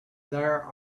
there